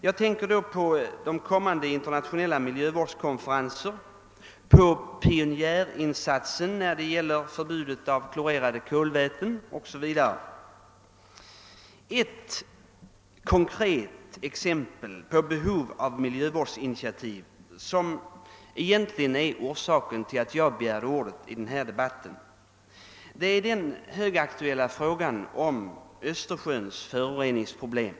Jag tänker då på kommande internationella miljövårdskonferenser, på pionjärinsatsen när det gäller förbudet mot klorerade kolväten m.m. Ett konkret exempel på behov av miljövårdsinitiativ, vilket egentligen är orsaken till att jag begärde ordet i denna debatt, är den högaktuella frågan om Östersjöns föroreningsproblem.